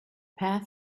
path